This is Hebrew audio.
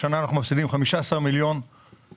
השנה אנחנו מפסידים 15 מיליון שקלים